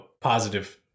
positive